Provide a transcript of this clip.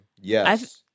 Yes